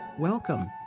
Welcome